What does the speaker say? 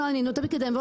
לא עונים?